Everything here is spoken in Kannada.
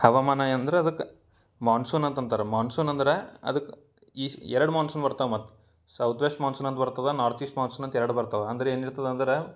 ಹವಾಮಾನ ಅಂದ್ರೆ ಅದಕ್ಕೆ ಮಾನ್ಸೂನ್ ಅಂತ ಅಂತಾರೆ ಮಾನ್ಸೂನ್ ಅಂದ್ರೆ ಅದಕ್ಕೆ ಎರಡು ಮಾನ್ಸೂನ್ ಬರ್ತಾವೆ ಮತ್ತು ಸೌತ್ ವೆಸ್ಟ್ ಮಾನ್ಸೂನ್ ಅಂತ ಬರ್ತದೆ ನಾರ್ತ್ ಈಸ್ಟ್ ಮಾನ್ಸೂನ್ ಅಂತ ಎರಡು ಬರ್ತವೆ ಅಂದ್ರೆ ಏನು ಇರ್ತದೆ ಅಂದ್ರೆ